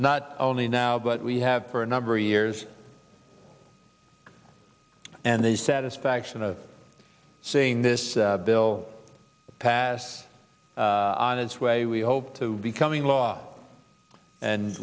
not only now but we have for a number of years and the satisfaction of seeing this bill pass on its way we hope to becoming law and